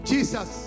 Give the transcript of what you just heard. Jesus